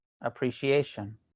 appreciation